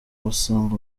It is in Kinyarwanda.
basanga